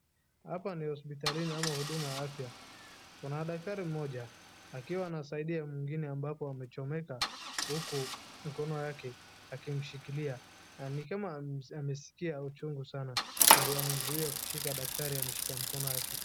Hapa ni hospitalini ama huduma ya afya. Kuna daktari mmoja akiwa anasaidia mwingine ambapo amechomeka, huku mkono yake akimshikilia. Ni kama ameskia uchungu sana, ndio anamzuia kushika daktari amshike mkono yake.